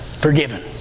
Forgiven